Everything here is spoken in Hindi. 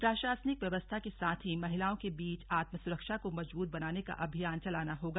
प्रशासनिक व्यवस्था के साथ ही महिलाओं के बीच आत्मसुरक्षा को मजबूत बनाने का अभियान चलाना होगा